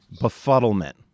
Befuddlement